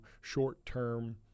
short-term